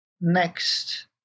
next